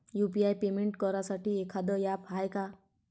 UPI payment करासाठी एखांद app हाय का?